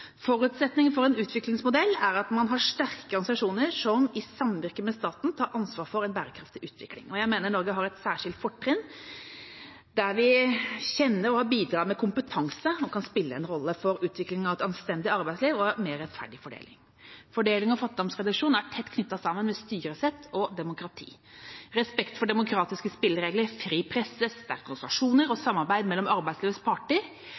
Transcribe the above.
for en utviklingsmodell er at man har sterke organisasjoner som i samvirke med staten tar ansvar for en bærekraftig utvikling. Jeg mener at Norge har et særskilt fortrinn, der vi kjenner og bidrar med kompetanse og kan spille en rolle for utvikling av et anstendig arbeidsliv og en mer rettferdig fordeling. Fordeling og fattigdomsreduksjon er tett knyttet sammen med styresett og demokrati. Respekt for demokratiske spilleregler, fri presse, sterke organisasjoner og samarbeid mellom arbeidslivets parter